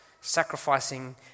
sacrificing